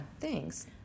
Thanks